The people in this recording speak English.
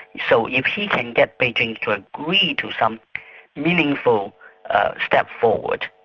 so if he can get beijing to agree to some meaningful step forward,